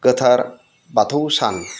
गोथार बाथौ सान